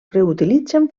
reutilitzen